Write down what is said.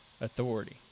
authority